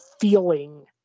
feeling